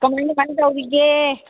ꯀꯃꯥꯏ ꯀꯃꯥꯏ ꯇꯧꯔꯤꯒꯦ